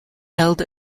held